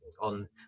on